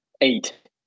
eight